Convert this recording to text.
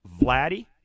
Vladdy